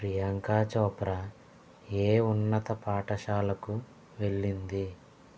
ప్రియాంక చోప్రా ఏ ఉన్నత పాఠశాలకు వెళ్ళింది